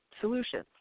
solutions